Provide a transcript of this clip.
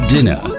Dinner।